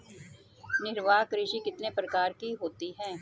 निर्वाह कृषि कितने प्रकार की होती हैं?